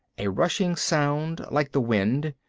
a rushing sound, like the wind.